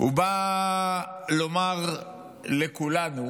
הוא בא לומר לכולנו,